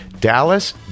Dallas